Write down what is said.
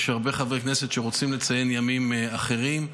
יש הרבה חברי כנסת שרוצים לציין ימים אחרים,